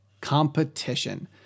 Competition